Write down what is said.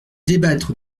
débattre